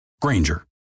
Granger